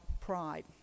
pride